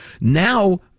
Now